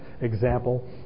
example